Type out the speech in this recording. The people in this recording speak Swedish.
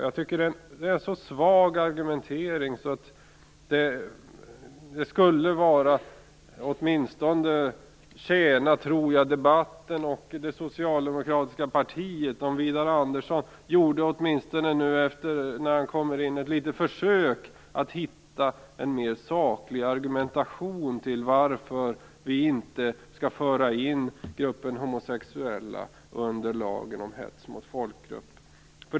Jag tycker att den argumenteringen är så svag att det skulle tjäna debatten och det socialdemokratiska partiet om Widar Andersson nu när han kommer in i debatten gjorde åtminstone ett litet försök att hitta en mer saklig argumentation om varför vi inte skall föra in gruppen homosexuella under lagen om hets mot folkgrupp.